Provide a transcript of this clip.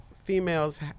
Females